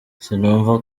sinumva